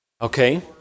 Okay